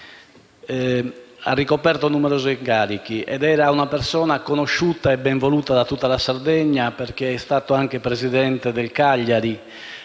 ha ricoperto numerosi incarichi ed era una persona conosciuta e benvoluta da tutta la Sardegna, essendo stato anche presidente del Cagliari.